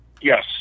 Yes